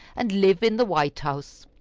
and live in the white house.